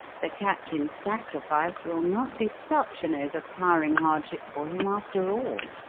the captain's sacrifice will not be such an overpowering hardship for him, after all.